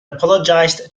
apologized